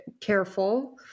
careful